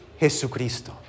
Jesucristo